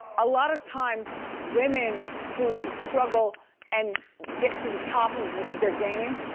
a lot of times women who struggle and get to the top of their game,